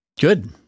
Good